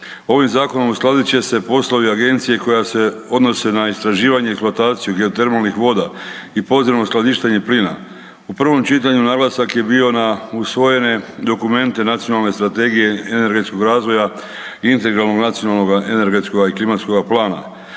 Ovim Zakonom uskladit će se poslovi Agencije koja se odnose na istraživanje i eksploataciju geotermalnih voda i potrebno skladištenje plina. U prvom čitanju naglasak je bio na usvojene dokumente Nacionalne strategije energetskog razvoja i .../Govornik se ne razumije./... nacionalnoga energetskoga i klimatskoga plana